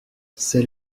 c’est